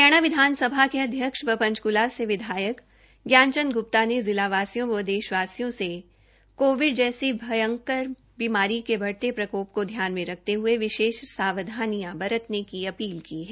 हरियाणा विधानसभा के अध्यक्ष व पंचकूला के विधायक ज्ञान चंद गुप्ता ने जिलावासियों व देशवासियों से कोविड जैसी भयंकर बीमारी के बढते प्रकोप को ध्यान में रखते हये विशेष सावधानियां बरतने की अपील की है